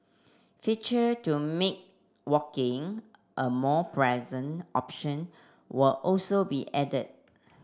feature to make walking a more pleasant option will also be added